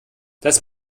das